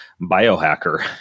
biohacker